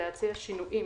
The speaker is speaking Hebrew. להציע שינויים